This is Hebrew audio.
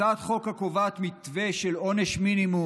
הצעת חוק הקובעת מתווה של עונש מינימום